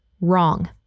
wrong